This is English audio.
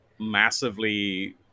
massively